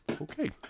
okay